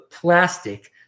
plastic